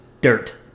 dirt